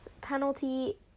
penalty